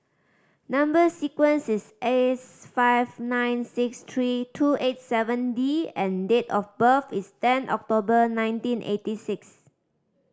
number sequence is S five nine six three two eight seven D and date of birth is ten October nineteen eighty six